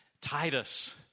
Titus